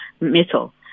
metal